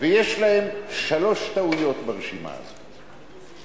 ויש להם שלוש טעויות ברשימה הזאת: